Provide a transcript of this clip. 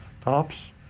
tops